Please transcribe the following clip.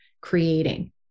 creating